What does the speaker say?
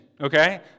okay